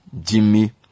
Jimmy